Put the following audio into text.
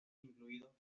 incluido